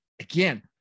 again